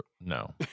No